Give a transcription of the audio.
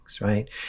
right